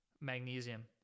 magnesium